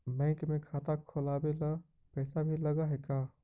Bank में खाता खोलाबे ल पैसा भी लग है का?